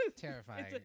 terrifying